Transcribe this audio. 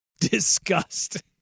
Disgust